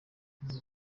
ngo